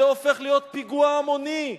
והופך להיות פיגוע המוני.